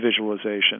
visualization